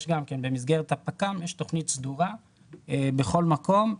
במסגרת הפק"מ יש תוכנית סדורה בכל מקום.